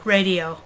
Radio